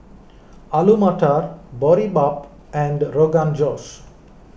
Alu Matar Boribap and Rogan Josh